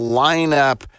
lineup